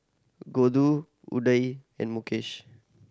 Gouthu Udai and Mukesh